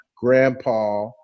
grandpa